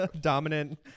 Dominant